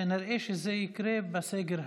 כנראה שזה יקרה בסגר השלישי.